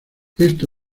esto